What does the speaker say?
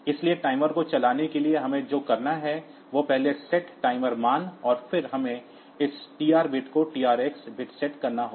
इसलिए टाइमर को चलाने के लिए हमें जो करना है वह पहले सेट टाइमर मान और फिर हमें इस TR बिट को TR x बिट सेट करना होगा